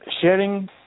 sharing